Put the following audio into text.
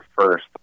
first